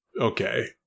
okay